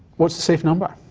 what's the safe number?